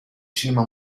cinema